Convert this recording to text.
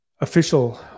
official